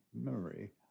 memory